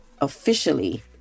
officially